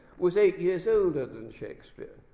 was eight years older than shakespeare.